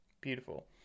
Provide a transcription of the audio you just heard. Beautiful